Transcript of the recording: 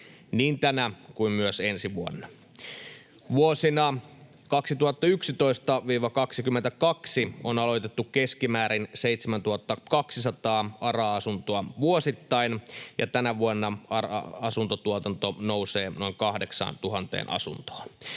niin tänä kuin myös ensi vuonna. Vuosina 2011—2022 on aloitettu keskimäärin 7 200 ARA-asuntoa vuosittain, ja tänä vuonna ARA-asuntotuotanto nousee noin 8 000 asuntoon.